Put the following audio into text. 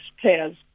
players